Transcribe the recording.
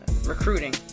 recruiting